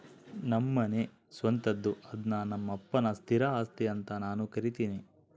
ನಮ್ಮನೆ ಸ್ವಂತದ್ದು ಅದ್ನ ನಮ್ಮಪ್ಪನ ಸ್ಥಿರ ಆಸ್ತಿ ಅಂತ ನಾನು ಕರಿತಿನಿ